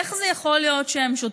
איך זה יכול להיות שהם שותקים?